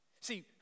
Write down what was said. See